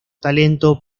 talento